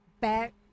back